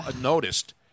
noticed